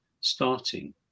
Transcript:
starting